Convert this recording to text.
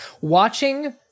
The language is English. Watching